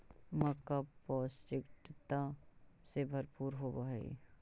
मक्का पौष्टिकता से भरपूर होब हई